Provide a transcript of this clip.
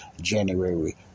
January